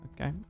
Okay